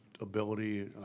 ability